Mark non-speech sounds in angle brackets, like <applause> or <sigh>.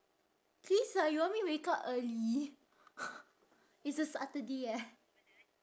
please ah you want me wake up early <noise> it's a saturday eh